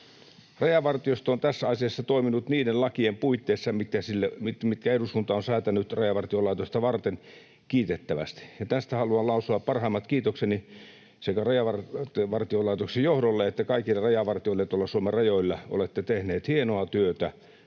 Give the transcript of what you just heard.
Rajavartiosto on tässä asiassa toiminut kiitettävästi niiden lakien puitteissa, mitkä eduskunta on säätänyt Rajavartiolaitosta varten. Tästä haluan lausua parhaimmat kiitokseni sekä Rajavartiolaitoksen johdolle että kaikille rajavartijoille Suomen rajoilla. Olette tehneet hienoa työtä,